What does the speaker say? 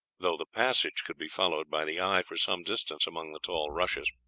though the passage could be followed by the eye for some distance among the tall rushes.